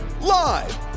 Live